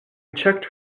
checked